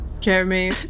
Jeremy